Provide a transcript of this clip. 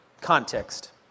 context